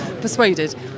persuaded